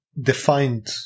defined